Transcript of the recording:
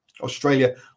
Australia